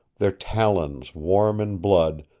their talons warm in blood,